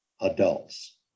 adults